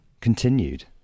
continued